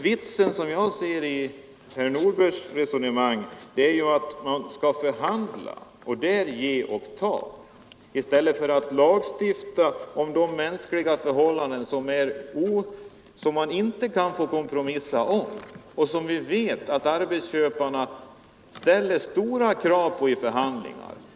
Vitsen, som jag ser det, i herr Nordbergs resonemang är ju att man skall förhandla och där ge och ta i stället för att lagstifta om de mänskliga förhållanden som man inte kan få kompromissa om; vi vet ju att arbetsköparna ställer stora krav på sådana punkter i förhandlingarna.